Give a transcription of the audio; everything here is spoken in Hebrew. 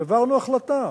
והעברנו החלטה